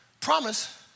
Promise